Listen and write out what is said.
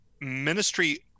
Ministry